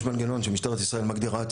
יש מנגנון שמשטרת ישראל מגדירה בו את